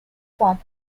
form